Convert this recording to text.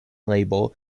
label